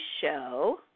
show